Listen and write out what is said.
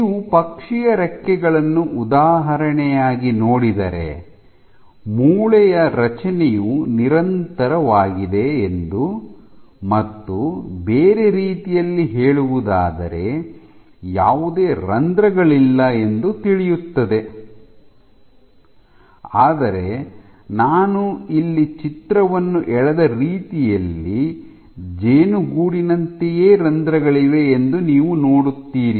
ನೀವು ಪಕ್ಷಿಯ ರೆಕ್ಕೆಗಳನ್ನು ಉದಾಹರಣೆಯಾಗಿ ನೋಡಿದರೆ ಮೂಳೆಯ ರಚನೆಯು ನಿರಂತರವಾಗಿದೆ ಎಂದು ಮತ್ತು ಬೇರೆ ರೀತಿಯಲ್ಲಿ ಹೇಳುವುದಾದರೆ ಯಾವುದೇ ರಂಧ್ರಗಳಿಲ್ಲ ಎಂದು ತಿಳಿಯುತ್ತದೆ ಆದರೆ ನಾನು ಇಲ್ಲಿ ಚಿತ್ರವನ್ನು ಎಳೆದ ರೀತಿಯಲ್ಲಿ ಜೇನುಗೂಡಿನಂತೆಯೇ ರಂಧ್ರಗಳಿವೆ ಎಂದು ನೀವು ನೋಡುತ್ತೀರಿ